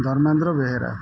Dharmendra Behera